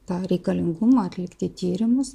tą reikalingumą atlikti tyrimus